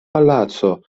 palaco